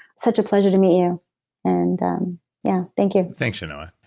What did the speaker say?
such a pleasure to meet you and yeah, thank you thanks, chenoa.